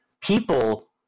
people